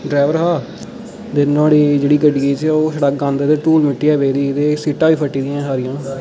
driver हा ते नुहाड़ी जेह्ड़ी गड्डियै च ओह् छड़ा गंद गै धूड़ मिट्टी पेदी ही ते सीटां बी फट्टी दियां हियां